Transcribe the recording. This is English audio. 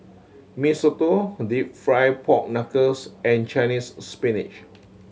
Mee Soto deep fried pork knuckles and Chinese Spinach